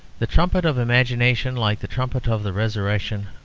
the trumpet of imagination, like the trumpet of the resurrection,